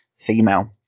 female